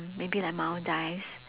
maybe like maldives